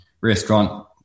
restaurant